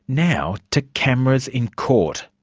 now to cameras in court.